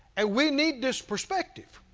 and we need this perspective.